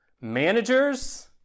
Managers